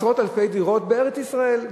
עשרות אלפי דירות בארץ-ישראל.